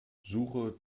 suche